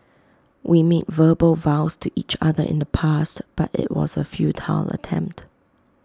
we made verbal vows to each other in the past but IT was A futile attempt